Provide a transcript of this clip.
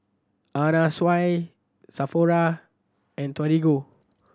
Anna Sui Sephora and Torigo